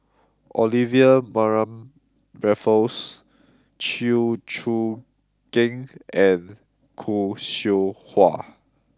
Olivia Mariamne Raffles Chew Choo Keng and Khoo Seow Hwa